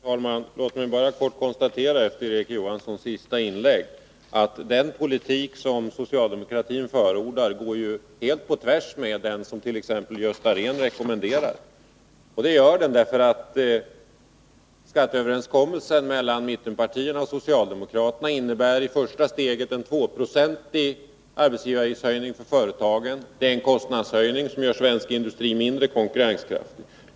Herr talman! Låt mig bara kort konstatera efter Erik Johanssons senaste inlägg att den politik som socialdemokratin förordar går helt på tvärs med den som t.ex. Gösta Rehn rekommenderar. Det gör den därför att skatteöverenskommelsen mellan mittenpartierna och socialdemokraterna i första steget innebär en tvåprocentig höjning av arbetsgivaravgiften. Det är en kostnadshöjning som gör svensk industri mindre konkurrenskraftig.